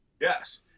Yes